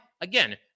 Again